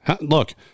Look